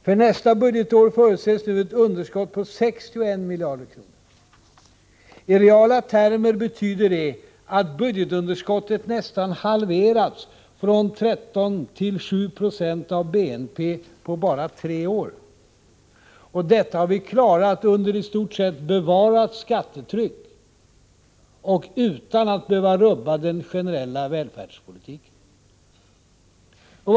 För nästa budgetår förutses nu ett underskott på 61 miljarder. I reala termer betyder det att budgetunderskottet nästan halverats — från 13 till 7 96 av BNP - på bara tre år. Detta har vi klarat under i stort sett bevarat skattetryck och utan att behöva rubba den generella välfärdspolitiken.